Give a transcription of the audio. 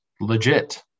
legit